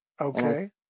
Okay